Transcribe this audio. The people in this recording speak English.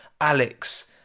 Alex